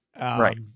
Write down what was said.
Right